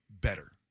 better